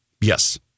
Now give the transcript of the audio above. Yes